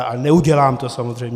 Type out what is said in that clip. Ale neudělám to samozřejmě.